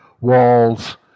walls